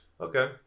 Okay